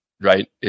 right